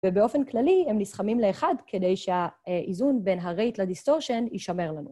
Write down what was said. ובאופן כללי הם נסכמים לאחד כדי שהאיזון בין הרייט לדיסטורשן יישמר לנו.